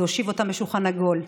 להושיב אותם בשולחן עגול.